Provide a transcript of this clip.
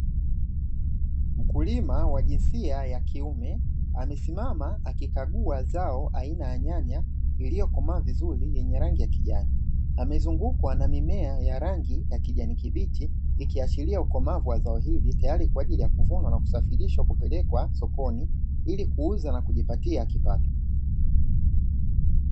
Mkulima wa jinsia ya kiume amesimama akikagua zao aina ya nyanya iliyokomaa vizuri yenye rangi ya kijani. Amezungukwa na mimea ya rangi ya kijani kibichi ikiashiria ukomavu wa zao hili tayari kwa ajili ya kuvunwa na kusafirishwa kupelekwa sokoni, ili kuuza na kujipatia kipato.